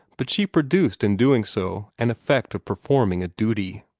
but she produced, in doing so, an effect of performing a duty.